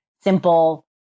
simple